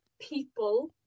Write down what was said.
people